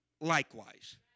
likewise